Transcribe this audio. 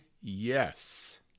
Yes